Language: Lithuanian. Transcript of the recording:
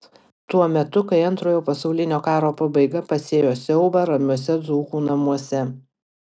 tuo metu kai antrojo pasaulinio karo pabaiga pasėjo siaubą ramiuose dzūkų namuose